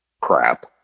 crap